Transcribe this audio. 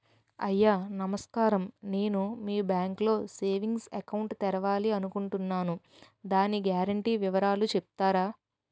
అయ్యా నమస్కారం నేను మీ బ్యాంక్ లో సేవింగ్స్ అకౌంట్ తెరవాలి అనుకుంటున్నాను దాని గ్యారంటీ వివరాలు చెప్తారా?